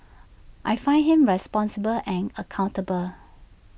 I find him responsible and accountable